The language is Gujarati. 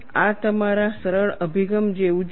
આ તમારા સરળ અભિગમ જેવું જ છે